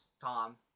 Tom